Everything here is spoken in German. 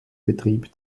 betrieb